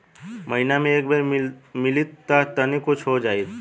महीना मे एक बेर मिलीत त तनि कुछ हो जाइत